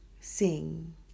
sing